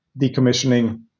decommissioning